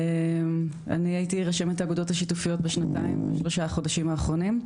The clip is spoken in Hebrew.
אני הייתי רשמת האגודות השיתופיות בשנתיים ושלושה חודשים האחרונים,